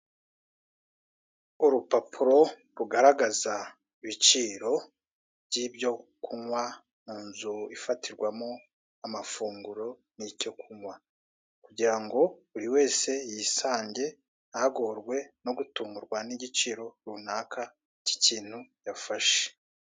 Urupapuro rugaragaza ibiciro by'ibyo kunywa mu nzu ifatirwamo amafunguro n'icyo kunywa, kugira ngo buri wese yisange ntagorwe no gutungurwa n'igiciro runaka k'ikintu yafashe.